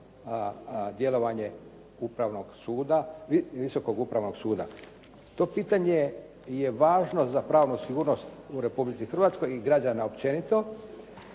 djelovanje upravnog suda, Visokog upravnog suda. To pitanje je važno za pravnu sigurnost u Republici Hrvatskoj i građana općenito